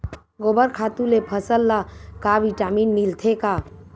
गोबर खातु ले फसल ल का विटामिन मिलथे का?